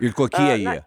ir kokie jie